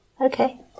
Okay